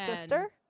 sister